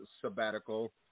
sabbatical